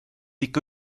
ikka